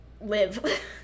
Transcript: live